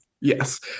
yes